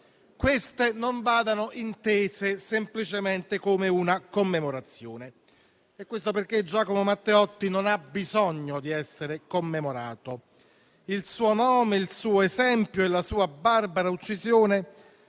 queste non vadano intese semplicemente come una commemorazione; e ciò perché Giacomo Matteotti non ha bisogno di essere commemorato; il suo nome, il suo esempio e la sua barbara uccisione